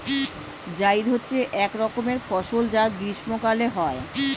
জায়িদ হচ্ছে এক রকমের ফসল যা গ্রীষ্মকালে হয়